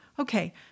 okay